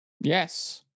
Yes